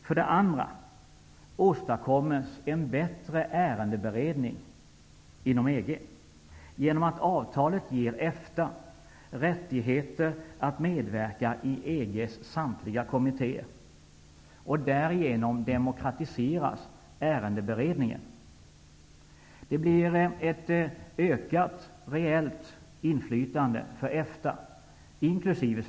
För det andra åstadkommes en bättre ärendeberedning inom EG genom att avtalet ger EFTA rättigheter att medverka i EG:s samtliga kommittéer, och därigenom demokratiseras ärendeberedningen. Det blir ett ökat reellt inflytande för EFTA inkl.